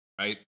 right